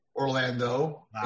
Orlando